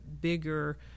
bigger